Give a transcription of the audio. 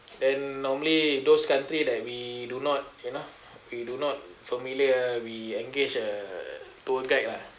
then normally those country that we do not you know we do not familiar we engage a tour guide lah